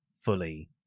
fully